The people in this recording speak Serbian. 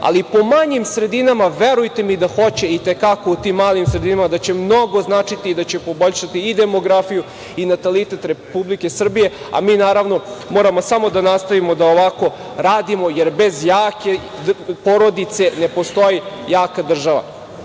ali po manjim sredinama, verujte mi, hoće, i te kako u tim malim sredinama će mnogo značiti, da će poboljšati i demografiju i natalitet Republike Srbije, a mi moramo samo da nastavimo da ovako radimo, jer bez jake porodice ne postoji jaka država. Što